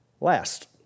last